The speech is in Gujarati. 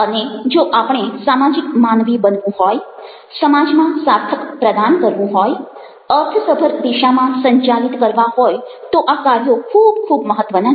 અને જો આપણે સામાજિક માનવી બનવું હોય સમાજમાં સાર્થક પ્રદાન કરવું હોયઅર્થસભર દિશામાં સંચાલિત કરવા હોય તો આ કાર્યો ખૂબ ખૂબ મહત્ત્વના છે